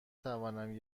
توانم